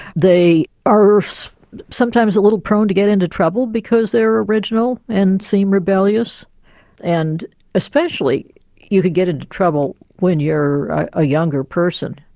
they are sometimes a little prone to get into trouble because they are original and seem rebellious and especially you could get into trouble when you're a younger person.